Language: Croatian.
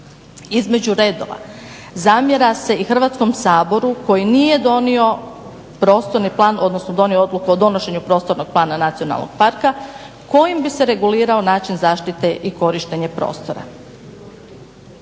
Između redova, zamjera se i Hrvatskom saboru koji nije donio prostorni plan odnosno donio Odluku o donošenju Prostornog plana nacionalnog parka kojim bi se regulirao način zaštite i korištenje prostora.